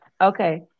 okay